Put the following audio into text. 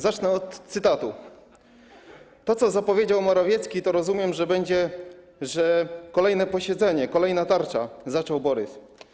Zacznę od cytatu: To, co zapowiedział Morawiecki, to rozumiem, że będzie... że kolejne posiedzenie, kolejna tarcza - zaczął Borys.